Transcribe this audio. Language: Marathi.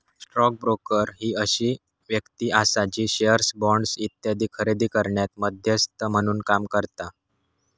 स्टॉक ब्रोकर ही अशी व्यक्ती आसा जी शेअर्स, बॉण्ड्स इत्यादी खरेदी करण्यात मध्यस्थ म्हणून काम करता